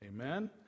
Amen